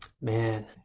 Man